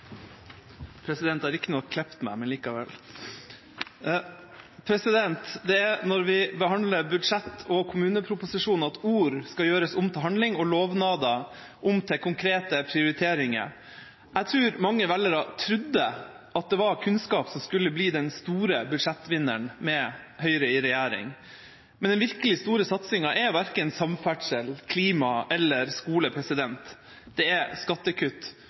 president, men likevel! Det er når vi behandler budsjett og kommuneproposisjon at ord skal gjøres om til handling og lovnader om til konkrete prioriteringer. Jeg tror at mange velgere tenkte at det var kunnskap som skulle bli den store budsjettvinneren med Høyre i regjering, men den virkelig store satsinga er verken samferdsel, klima eller skole – det er skattekutt.